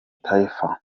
taifa